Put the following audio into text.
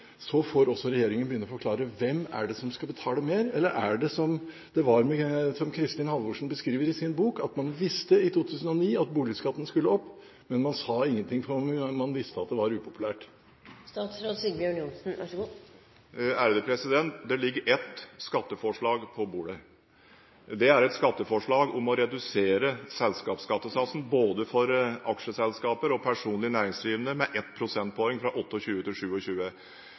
forklare hvem det er som skal betale mer. Eller er det slik som Kristin Halvorsen beskriver i sin bok, at man visste i 2009 at boligskatten skulle opp, men man sa ingenting fordi man visste at det var upopulært? Det ligger ett skatteforslag på bordet. Det er et skatteforslag om å redusere selskapsskattesatsen, både for aksjeselskaper og personlig næringsdrivende, med ett prosentpoeng – fra 28 til